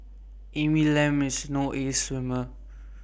Amy Lam is no ace swimmer